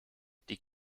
die